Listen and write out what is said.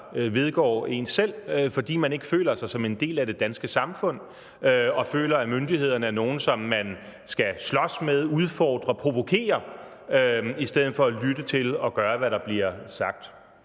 vedgår en selv, fordi man ikke føler sig som en del af det danske samfund og føler, at myndighederne er nogle, som man skal slås med, udfordre, provokere, i stedet for at lytte til dem og gøre, hvad der bliver sagt.